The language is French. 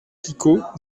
picaud